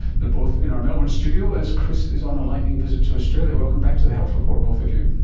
they're both in our melbourne studio as chris is on a lightning visit to australia. welcome back to the health report, both of you.